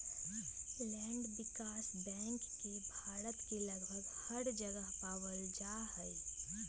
land विकास bank के भारत के लगभग हर जगह पावल जा हई